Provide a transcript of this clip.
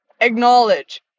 acknowledge